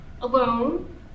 alone